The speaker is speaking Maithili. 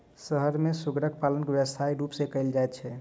शहर मे सुग्गर पालन व्यवसायक रूप मे कयल जाइत छै